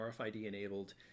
RFID-enabled